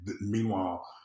meanwhile